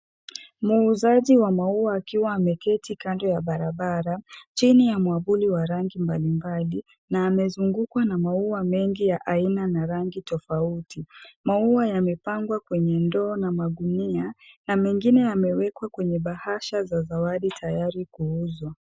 Kuuzaji wa maua akiwa ameketi kando ya barabara, chini ya mwavuli wa rangi mbalimbali na amezungukwa na maua mengi ya aina na rangi tofauti. Maua yamepangwa kwenye ndoo na magunia na mengine yamewekwa kwenye bahasha za zawadi tayari kuuzwa.